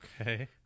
Okay